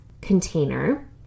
container